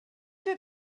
did